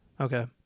Okay